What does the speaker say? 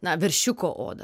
na veršiuko oda